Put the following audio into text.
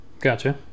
Gotcha